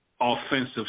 offensive